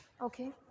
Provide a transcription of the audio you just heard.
okay